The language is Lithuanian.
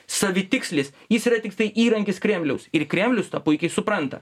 savitikslis jis yra tiktai įrankis kremliaus ir kremlius tą puikiai supranta